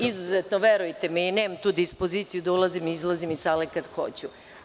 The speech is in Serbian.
Izuzetno, verujte mi i nemam tu dispoziciju da ulazim i izlazim iz sale kad hoću.